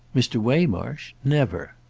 mr. waymarsh? never!